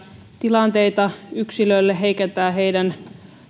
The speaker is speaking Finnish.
tilanteita yksilölle heikentää hänen